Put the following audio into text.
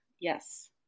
yes